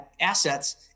assets